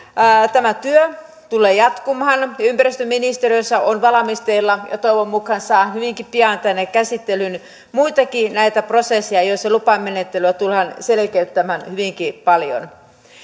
tämä työ tulee jatkumaan ja ympäristöministeriössä on valmisteilla ja toivon mukaan saadaan hyvinkin pian tänne käsittelyyn muitakin näitä prosesseja joissa lupamenettelyä tullaan selkeyttämään hyvinkin paljon